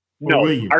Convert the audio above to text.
No